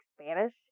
Spanish